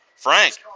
Frank